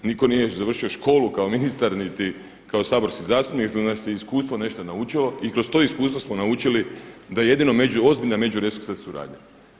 Nitko nije završio školu kao ministar niti kao saborski zastupnik nego nas je iskustvo nešto naučilo i kroz to iskustvo smo naučili da jedino ozbiljna međuresorska suradnja.